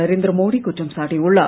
நரேந்திர மோடி குற்றம் சாட்டியுள்ளார்